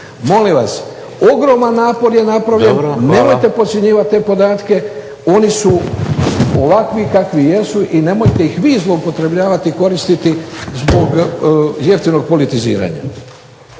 **Vidović, Davorko (SDP)** Nemojte podcjenjivat te podatke, oni su ovakvi kakvi jesu i nemojte ih vi zloupotrebljavat i koristiti zbog jeftinog politiziranja.